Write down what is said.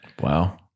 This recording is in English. Wow